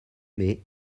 mai